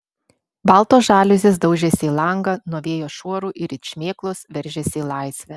baltos žaliuzės daužėsi į langą nuo vėjo šuorų ir it šmėklos veržėsi į laisvę